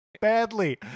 badly